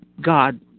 God